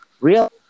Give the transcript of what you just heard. Real